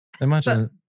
Imagine